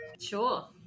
Sure